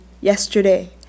yesterday